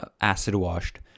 acid-washed